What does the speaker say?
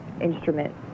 instrument